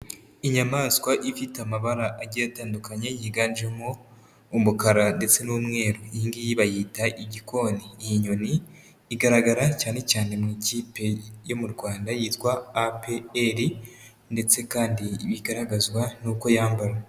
Inyamaswa ifite amabara agiye atandukanye yiganjemo umukara ndetse n'umweru, iyi ngiyi bayita igikoni, iyi nyoni igaragara cyane cyane mu ikipe yo mu Rwanda yitwa APR ndetse kandi bigaragazwa n'uko yambara.